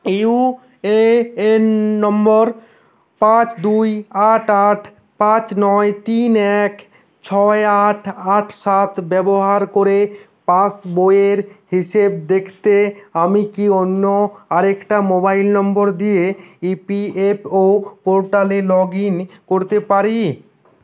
you A N number পাঁচ দুই আট আট পাঁচ নয় তিন এক ছয় আট আট সাত ব্যবহার করে পাসবইয়ের হিসেব দেখতে আমি কি অন্য আরেকটা মোবাইল নম্বর দিয়ে ই পি এফ ও পোর্টালে লগ ইন করতে পারি